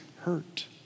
hurt